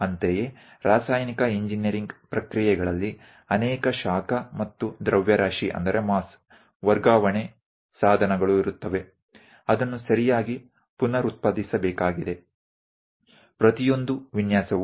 એ જ રીતે રાસાયણિક ઇજનેરી પ્રક્રિયાઓમાં ત્યાં ઘણા હિટ અને માસ ટ્રાન્સફરના ઉપકરણો હશે જેનું યોગ્ય રીતે પુનરુત્પાદન કરવું જરૂરી છે